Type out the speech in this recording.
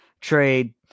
trade